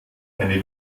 eine